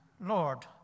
Lord